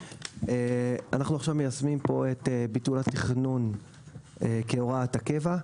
אנחנו עכשיו מיישמים פה את ביטול התכנון כהוראת הקבע,